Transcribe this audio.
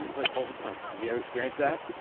like all the time have you ever experienced that?